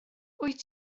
wyt